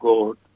God